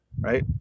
right